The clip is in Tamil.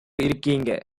இருக்கீங்க